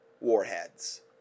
warheads